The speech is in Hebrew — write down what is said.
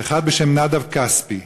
שאחד בשם נדב כספי,